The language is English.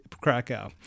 Krakow